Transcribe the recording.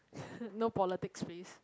no politics please